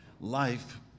life